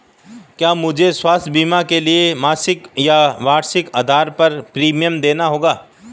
क्या मुझे स्वास्थ्य बीमा के लिए मासिक या वार्षिक आधार पर प्रीमियम देना होगा?